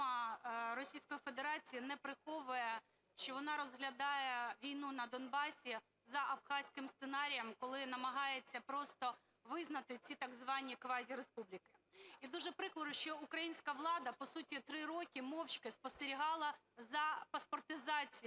Російської Федерації не приховує, що вона розглядає війну на Донбасі за абхазьким сценарієм, коли намагається просто визнати ці так звані квазіреспубліки. І дуже прикро, що українська влада, по суті, три роки мовчки спостерігала за паспортизацією